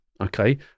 Okay